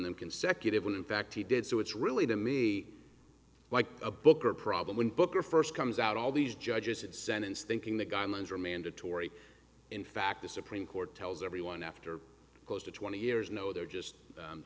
them consecutive when in fact he did so it's really to me like a book or problem when booker first comes out all these judges and sentence thinking the guidelines are mandatory in fact the supreme court tells everyone after close to twenty years no they're just